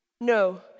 No